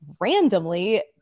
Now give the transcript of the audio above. randomly